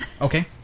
Okay